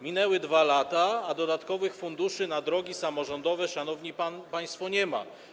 Minęły 2 lata, a dodatkowych funduszy na drogi samorządowe, szanowni państwo, nie ma.